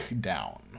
down